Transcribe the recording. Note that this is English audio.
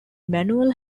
manual